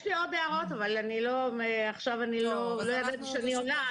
יש לי עוד הערות, אבל לא ידעתי שאני עולה.